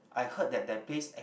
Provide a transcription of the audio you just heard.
I heard that the pace eh